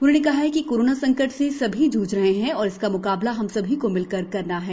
उन्होंने कहा कि कोरोना संकट से सभी जूझ रहे हैं और इसका मुकाबला हम सभी को मिलकर करना है